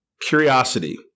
Curiosity